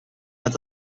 met